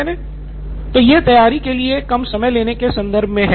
सिद्धार्थ मटूरी तो यह तैयारी के लिए कम समय लेने के संदर्भ में है